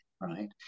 right